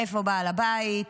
איפה בעל הבית,